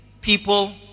people